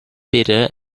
bitter